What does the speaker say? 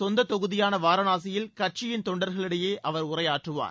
சொந்த தொகுதியான வாரணாசியில் கட்சியின் தொண்டர்களிடையே அவர் தமக உரையாற்றுவார்